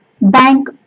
bank